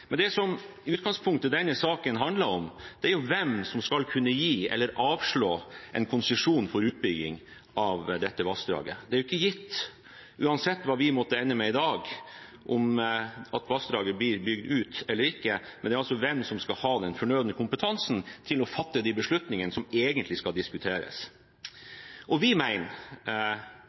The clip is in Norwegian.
Men det som denne saken i utgangspunktet handler om, er hvem som skal kunne gi eller avslå en konsesjon for utbygging av dette vassdraget. Det er ikke gitt, uansett hva vi måtte ende med i dag, at vassdraget blir bygd ut, men det er hvem som skal ha den fornødne kompetansen til å fatte disse beslutningene, som egentlig skal diskuteres.